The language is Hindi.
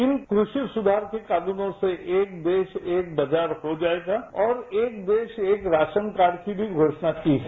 इन कृषि सुधार के कानूनों से एक देश एक बाजार हो जाएगा और एक देश एक राशन कार्ड की भी घोषणा की है